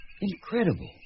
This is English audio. Incredible